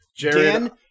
Dan